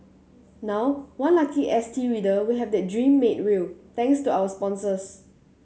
now one lucky S T reader will have that dream made real thanks to our sponsors